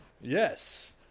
Yes